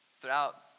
throughout